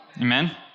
amen